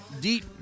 deep